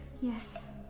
Yes